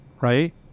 right